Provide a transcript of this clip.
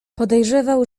podejrzewał